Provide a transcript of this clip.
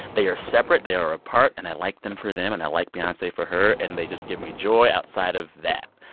they are separate. they are apart and i like them for them, and i like beyonce for her. and they just give me joy outside of that.